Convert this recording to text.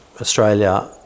Australia